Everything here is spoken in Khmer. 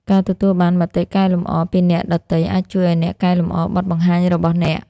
ការទទួលបានមតិកែលម្អពីអ្នកដទៃអាចជួយឱ្យអ្នកកែលម្អបទបង្ហាញរបស់អ្នក។